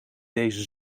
deze